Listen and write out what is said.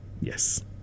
Yes